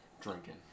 drinking